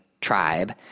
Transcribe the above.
tribe